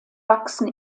wachsen